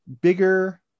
bigger